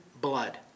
blood